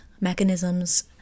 mechanisms